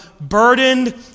burdened